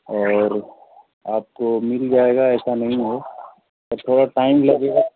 और आपको मिल जाएगा ऐसा नही हो थोड़ा टाइम लगेगा